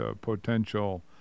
potential